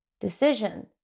decision